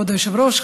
כבוד היושב-ראש,